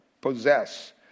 possess